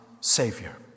Savior